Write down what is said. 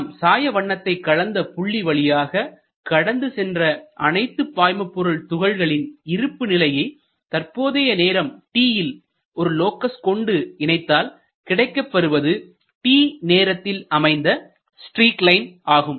நாம் சாய வண்ணத்தை கலந்த புள்ளி வழியாக கடந்து சென்ற அனைத்து பாய்மபொருள் துகள்களின் இருப்பு நிலையை தற்போதைய நேரம் t ல் ஒரு லோகஸ் கொண்டு இணைத்தால் கிடைக்கப் பெறுவது t நேரத்தில் அமைந்த ஸ்ட்ரீக் லைன் ஆகும்